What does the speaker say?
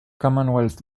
commonwealth